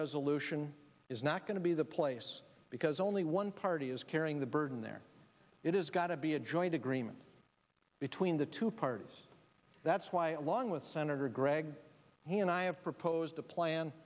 resolution is not going to be the place because only one party is carrying the burden there it is got to be a joint agreement between the two parties that's why along with senator gregg he and i have proposed a plan